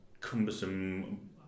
cumbersome